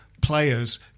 players